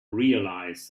realize